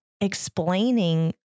explaining